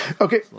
Okay